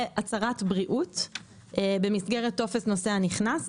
הצהרת בריאות במסגרת טופס נוסע נכנס.